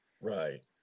Right